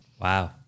Wow